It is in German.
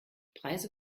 preise